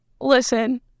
listen